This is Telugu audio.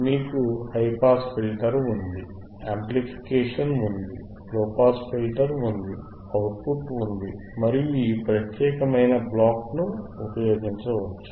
మీకు హైపాస్ ఫిల్టర్ ఉంది యాంప్లిఫికేషన్ ఉంది లోపాస్ ఫిల్టర్ ఉంది అవుట్ పుట్ ఉంది మరియు ఈ ప్రత్యేకమైన బ్లాక్ ను ఉపయోగించవచ్చు